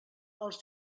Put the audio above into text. els